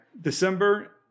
December